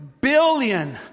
billion